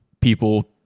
people